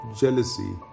jealousy